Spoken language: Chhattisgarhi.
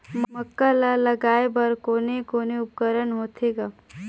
मक्का ला लगाय बर कोने कोने उपकरण होथे ग?